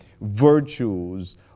virtues